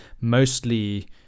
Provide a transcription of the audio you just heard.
mostly